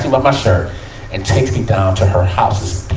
but my shirt and takes me down to her house,